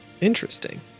Interesting